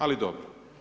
Ali dobro.